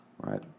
Right